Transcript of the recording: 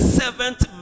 seventh